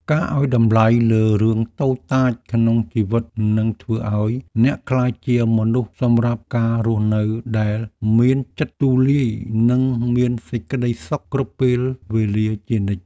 ការឱ្យតម្លៃលើរឿងតូចតាចក្នុងជីវិតនឹងធ្វើឱ្យអ្នកក្លាយជាមនុស្សសម្រាប់ការរស់នៅដែលមានចិត្តទូលាយនិងមានសេចក្តីសុខគ្រប់ពេលវេលាជានិច្ច។